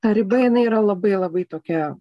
ta riba jinai yra labai labai tokia